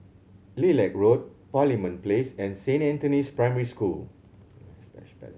Lilac Road Parliament Place and Saint Anthony's Primary School